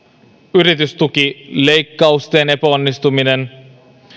yritystukileikkausten epäonnistuminen